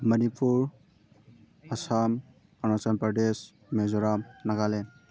Manipur Assam Arunachal Pradesh Mizoram Nagaland